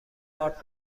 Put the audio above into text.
ارد